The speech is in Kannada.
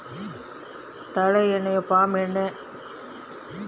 ತಾಳೆ ಎಣ್ಣೆಯು ಎಣ್ಣೆ ಪಾಮ್ ಹಣ್ಣಿನ ಕೆಂಪು ತಿರುಳು ನಿಂದ ಪಡೆದ ಖಾದ್ಯ ಸಸ್ಯಜನ್ಯ ಎಣ್ಣೆ ಆಗ್ಯದ